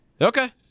okay